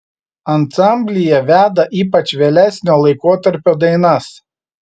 ansamblyje veda ypač vėlesnio laikotarpio dainas